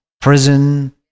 prison